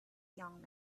young